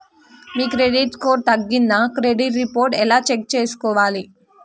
మీ credit score తగ్గిందా credit report ఎలా check చేసుకోవాలి?